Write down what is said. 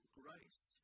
grace